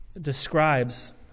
describes